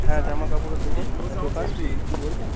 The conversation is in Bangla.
হ্যাঁ জামা কাপড়ের দুন দোকান কিছু বলছেনে